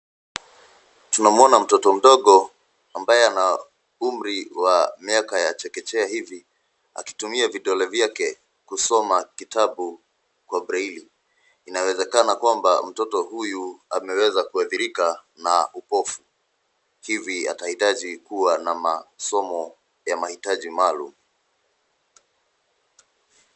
Tunamuona mtoto mdogo ambaye ana umri wa miaka ya chekechea hivi akitumia vidole vyake kusoma kitabu kwa breli. Inawezekana kwamba mtoto huyu ameweza kuadhirika na upofu, hivi ataitaji kuwa na masomo ya maitaji maalum.